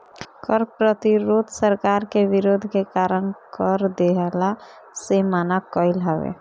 कर प्रतिरोध सरकार के विरोध के कारण कर देहला से मना कईल हवे